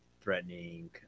threatening